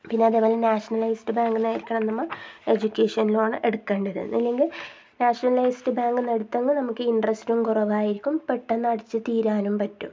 പിന്നെ അതേ പോലെ നാഷണലൈസ്ഡ് ബാങ്കിൽ നിന്നായിരിക്കണം നമ്മൾ എഡ്യൂക്കേഷൻ ലോണ് എടുക്കേണ്ടത് അല്ലെങ്കിൽ നാഷണലൈസ്ഡ് ബാങ്കിൽ നിന്ന് എടുത്തെങ്കിൽ നമുക്ക് ഇൻ്ററെസ്റ്റും കുറവായിരിക്കും പെട്ടെന്ന് അടച്ചു തീരാനും പറ്റും